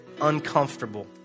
uncomfortable